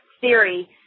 theory